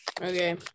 Okay